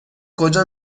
کجا